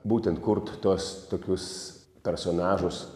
būtent kurt tuos tokius personažus